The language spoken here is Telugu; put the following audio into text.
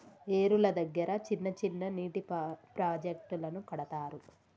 ఏరుల దగ్గర చిన్న చిన్న నీటి ప్రాజెక్టులను కడతారు